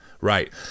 right